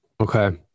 Okay